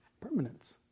permanence